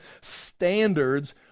standards